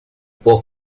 può